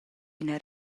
ina